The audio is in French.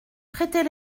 prêtez